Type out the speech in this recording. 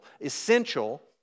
essential